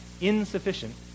insufficient